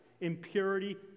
impurity